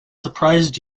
surprised